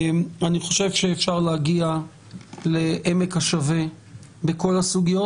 אני חושב שאפשר להגיע לעמק השווה בכל הסוגיות,